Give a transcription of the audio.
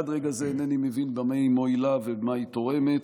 עד רגע זה אינני מבין במה היא מועילה ומה היא תורמת.